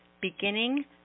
beginning